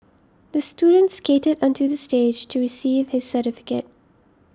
the student skated onto the stage to receive his certificate